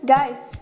Guys